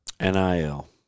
NIL